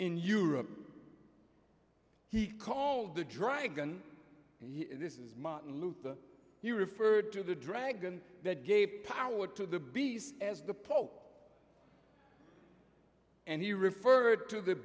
in europe he called the dragon this is martin luther you referred to the dragon that gay power to the beast as the pope and he referred to the